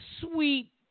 sweet